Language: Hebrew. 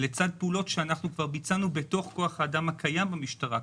פעולות שאנחנו כבר ביצענו בתוך כוח האדם הקיים במשטרה.